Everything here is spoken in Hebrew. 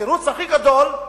התירוץ הכי גדול,